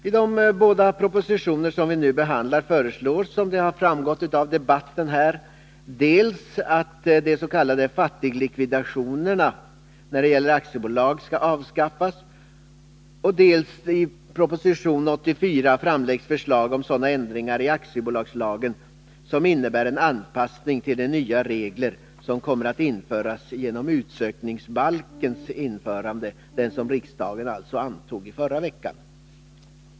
I de båda propositioner som vi nu behandlar föreslås, som framgått av debatten här, dels i proposition 146 att de s.k. fattiglikvidationerna när det gäller aktiebolag skall avskaffas, dels i proposition 84 att ändringar i aktiebolagslagen skall genomföras som innebär en anpassning till de nya regler som kommer att införas genom utsökningsbalken — alltså den lagbalk som riksdagen antog i förra veckan.